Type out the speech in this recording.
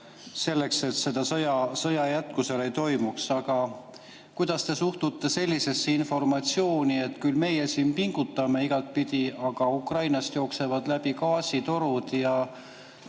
selleks, et see sõda ei saaks jätkuda. Aga kuidas te suhtute sellisesse informatsiooni, et meie siin pingutame igatpidi, aga Ukrainast jooksevad läbi gaasitorud? Kas